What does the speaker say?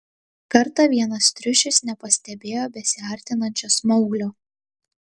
kartą vienas triušis nepastebėjo besiartinančio smauglio